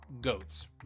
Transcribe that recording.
goats